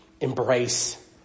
embrace